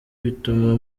bituma